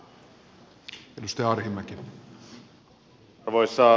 arvoisa puhemies